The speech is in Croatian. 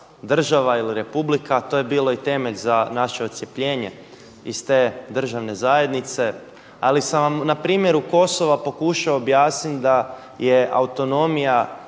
država ili republika, a to je bio i temelj za naše odcjepljenje iz te državne zajednice. Ali sam vam na primjeru Kosova pokušao objasniti da je autonomija